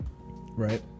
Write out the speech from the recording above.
Right